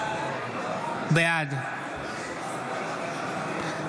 בעד יוראי להב הרצנו,